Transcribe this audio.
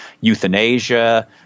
euthanasia